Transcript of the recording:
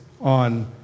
on